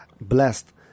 Blessed